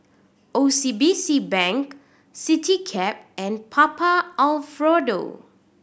O C B C Bank Citycab and Papa Alfredo